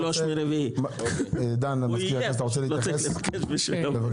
דן, אתה רוצה להוסיף משהו?